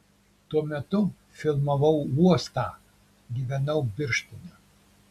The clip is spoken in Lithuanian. tuo metu filmavau uostą gyvenau birštone